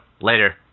Later